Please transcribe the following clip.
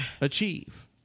achieve